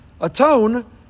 atone